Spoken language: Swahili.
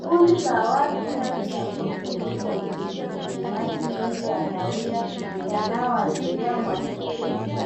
Kundi la watu ndani ya boti ndogo wakipita kwenye maji mengi ya kahawia yanayoashiria mafuriko.